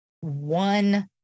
one